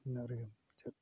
ᱤᱱᱟᱹ ᱨᱮᱜᱮ ᱢᱩᱪᱟᱹᱫ